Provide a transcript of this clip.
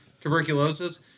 tuberculosis